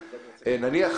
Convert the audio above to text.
נמצא.